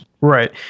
Right